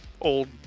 old